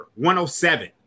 107